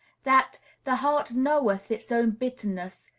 that the heart knoweth its own bitterness,